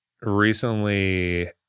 recently